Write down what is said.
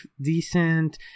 decent